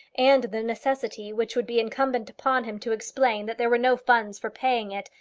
and the necessity which would be incumbent upon him to explain that there were no funds for paying it,